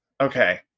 Okay